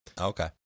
okay